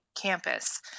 Campus